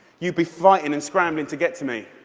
you'd be fighting and scrambling to get to me.